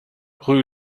rue